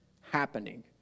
happening